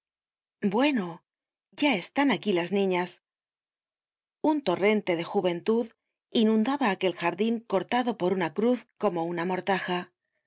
bueno ya están aquí las niñas un torrente de juventud inundaba aquel jardin cortado por una cruz como una mortaja